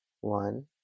one